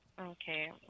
Okay